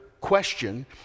question